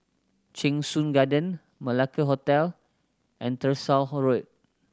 Cheng Soon Garden Malacca Hotel and Tyersall Road